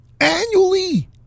annually